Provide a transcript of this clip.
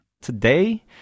Today